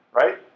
right